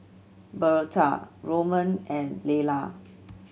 Birtha Roman and Layla